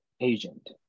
agent